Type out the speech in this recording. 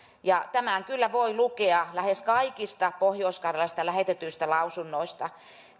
ja tämän voi lukea lähes kaikista pohjois karjalasta lähetetyistä lausunnoista